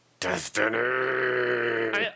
Destiny